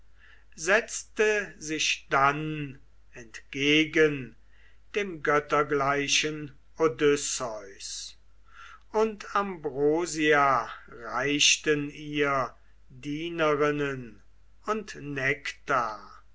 setzte sich dann entgegen dem göttergleichen odysseus und ambrosia reichten ihr dienerinnen und nektar